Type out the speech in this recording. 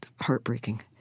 heartbreaking